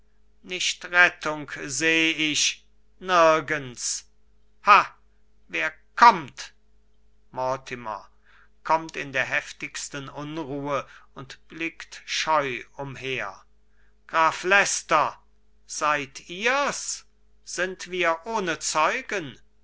nicht rettung seh ich nirgends ha wer kommt mortimer kommt in der heftigsten unruhe und blickt scheu umher graf leicester seid ihr's sind wir ohne zeugen